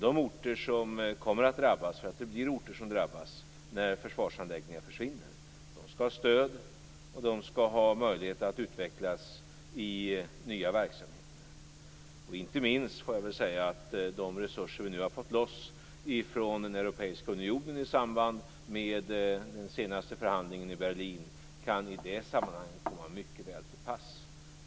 De orter som kommer att drabbas - naturligtvis kommer orter att drabbas när försvarsanläggningar försvinner - skall få stöd och möjligheter att utvecklas i nya verksamheter. Inte minst de resurser som vi har fått loss från den europeiska unionen i samband med den senaste förhandlingen i Berlin kan i det sammanhanget komma mycket väl till pass.